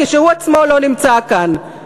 כשהוא עצמו לא נמצא כאן.